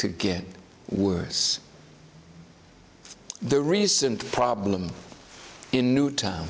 to get worse the recent problem in newtown